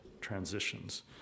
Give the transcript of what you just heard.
transitions